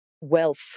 wealth